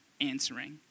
answering